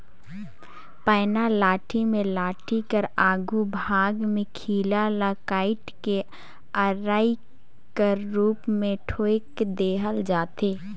पैना लाठी मे लाठी कर आघु भाग मे खीला ल काएट के अरई कर रूप मे ठोएक देहल जाथे